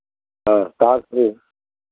हाँ कहाँ से